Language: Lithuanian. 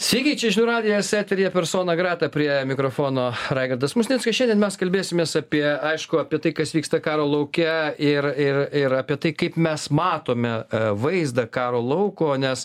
sveiki čia žinių radijas eteryje persona grata prie mikrofono raigardas musnickas šiandien mes kalbėsimės apie aišku apie tai kas vyksta karo lauke ir ir ir apie tai kaip mes matome vaizdą karo lauko nes